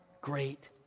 great